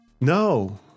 No